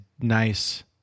nice